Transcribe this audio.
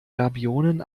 gabionen